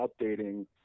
updating